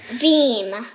Beam